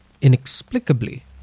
inexplicably